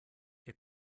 ihr